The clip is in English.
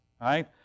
right